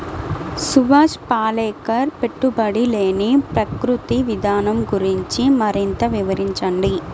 సుభాష్ పాలేకర్ పెట్టుబడి లేని ప్రకృతి విధానం గురించి మరింత వివరించండి